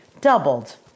doubled